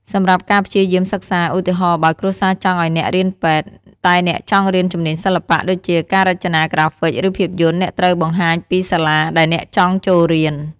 សម្រាប់ការព្យាយាមសិក្សា ឧទាហរណ៍ បើគ្រួសារចង់ឲ្យអ្នករៀនពេទ្យ តែអ្នកចង់រៀន ជំនាញសិល្បៈ ដូចជាការរចនាក្រាហ្វិក ឬភាពយន្ត អ្នកត្រូវបង្ហាញពី សាលា ដែលអ្នកចង់ចូលរៀន។